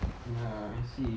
ya I see